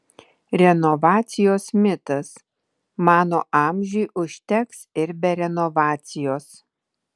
renovacijos mitas mano amžiui užteks ir be renovacijos